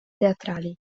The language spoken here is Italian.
teatrali